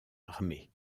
armé